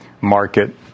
market